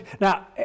now